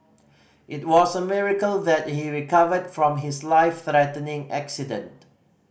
it was a miracle that he recovered from his life threatening accident